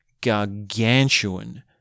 gargantuan